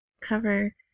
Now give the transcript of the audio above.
cover